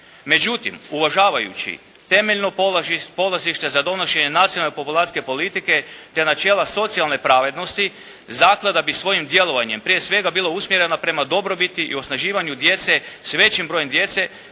Međutim, uvažavajući temeljno polazište za donošenje nacionalne populacijske politike te načela socijalne pravednosti, zaklada bi svojim djelovanjem prije svega bila usmjerena prema dobrobiti i osnaživanju djece, s većim brojem djece